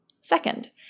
Second